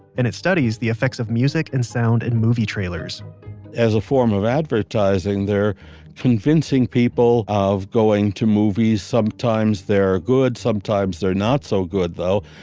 and it studies the effects of music and sound in movie trailers as a form of advertising, they're convincing people of going to movies. sometimes they're good. sometimes they're not so good, though,